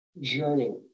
journey